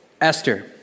Esther